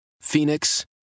Phoenix